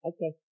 Okay